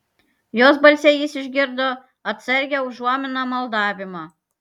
jos balse jis išgirdo atsargią užuominą maldavimą